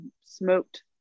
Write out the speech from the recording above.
smoked